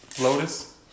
Lotus